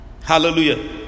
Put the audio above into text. Hallelujah